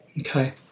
Okay